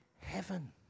heaven